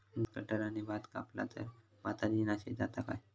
Grass कटराने भात कपला तर भाताची नाशादी जाता काय?